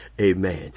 amen